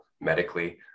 medically